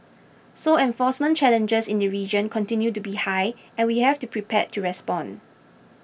so enforcement challenges in the region continue to be high and we have to prepared to respond